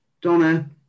Donna